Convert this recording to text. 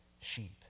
sheep